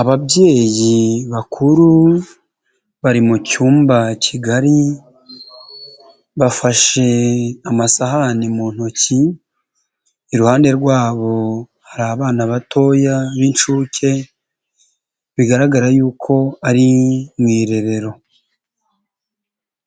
Ababyeyi bakuru bari mu cyumba kigari bafashe amasahani mu ntoki, iruhande rwabo hari abana batoya b'inshuke bigaragara y'uko ari mu irerero,